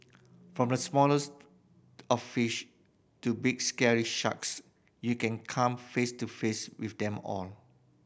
from the smallest of fish to big scary sharks you can come face to face with them all